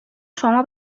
شما